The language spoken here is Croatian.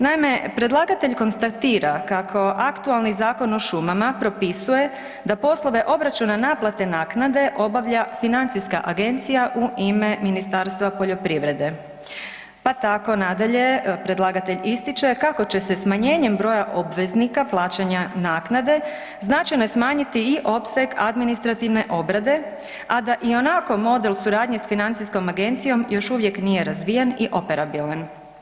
Naime, predlagatelj konstatira kako aktualni Zakon o šumama propisuje da poslove obračuna naplate naknade obavlja financijska agencija u ime Ministarstva poljoprivrede, pa tako nadalje predlagatelj ističe kako će se smanjenjem broja obveznika plaćanja naknade značajno smanjiti i opseg administrativne obrade a da ionako model suradnje s financijskom agencijom još uvijek nije razvijen i operabilan.